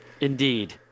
Indeed